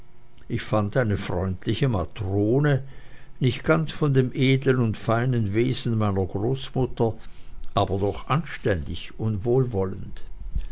ich fand eine freundliche matrone nicht ganz von dem edlen und feinen wesen meiner großmutter aber doch anständig und wohlwollend